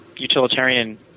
utilitarian